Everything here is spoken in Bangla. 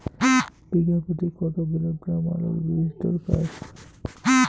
বিঘা প্রতি কত কিলোগ্রাম আলুর বীজ দরকার?